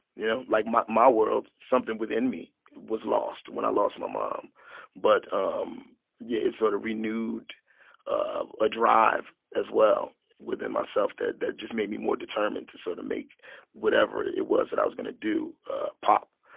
you know, like, my my world something within me was lost when i lost my mom but um yeah it sort of renewed a ah drive as well within myself that that just made me more determined to sort of make whatever it was that i was going to do pop.